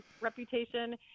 reputation